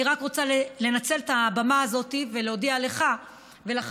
אני רק רוצה לנצל את הבמה הזאת ולהודיע לך ולחברים